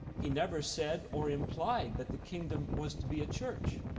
he never said or implied that the kingdom was to be a church.